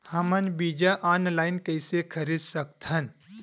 हमन बीजा ऑनलाइन कइसे खरीद सकथन?